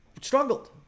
struggled